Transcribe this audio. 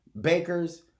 bakers